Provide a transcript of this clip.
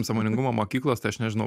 sąmoningumo mokyklos tai aš nežinau